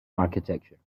architecture